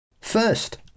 First